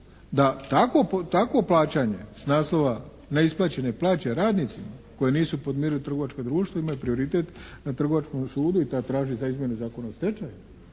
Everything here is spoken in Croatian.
da takvo plaćanje s naslova neisplaćene plaće radnicima koje nisu podmirila trgovačka društva imaju prioritet na Trgovačkom sudu i da traži izmjene Zakona o stečaju.